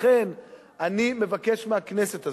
לכן אני מבקש מהכנסת הזאת,